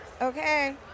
Okay